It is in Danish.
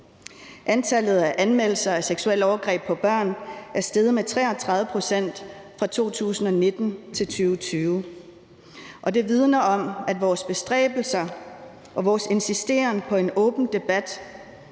Antallet af anmeldelser om seksuelt overgreb på børn er steget med 33 pct. fra 2019 til 2020. Det vidner om, at vores bestræbelser og vores insisteren på en åben debat